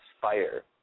fire